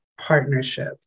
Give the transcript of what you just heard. partnership